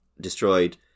destroyed